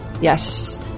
Yes